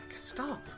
Stop